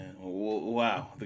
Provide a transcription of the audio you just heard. Wow